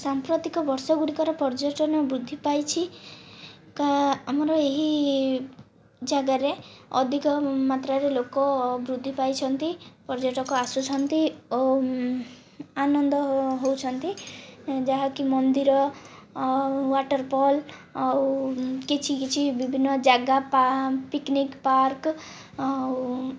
ସାମ୍ପ୍ରତିକ ବର୍ଷ ଗୁଡ଼ିକର ପର୍ଯ୍ୟଟନ ବୃଦ୍ଧି ପାଇଛି ଆମର ଏହି ଜାଗାରେ ଅଧିକ ମାତ୍ରାରେ ଲୋକ ବୃଦ୍ଧି ପାଇଛନ୍ତି ପର୍ଯ୍ୟଟକ ଆସୁଛନ୍ତି ଓ ଆନନ୍ଦ ହେଉଛନ୍ତି ଯାହାକି ମନ୍ଦିର ଆଉ ୱାଟର୍ ଫଲ୍ ଆଉ କିଛି କିଛି ବିଭିନ୍ନ ଜାଗା ପିକନିକ୍ ପାର୍କ ଆଉ